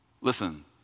listen